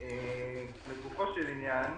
לגופו של עניין,